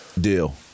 deal